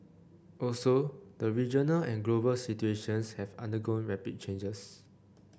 also the regional and global situations have undergone rapid changes